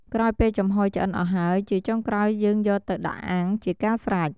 ក្រោយពេលចំហុយឆ្អិនអស់ហើយ ជាចុងក្រោយយើងយកទៅដាក់អាំង ជាការស្រេច។